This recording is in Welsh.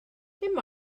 dim